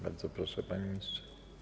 Bardzo proszę, panie ministrze.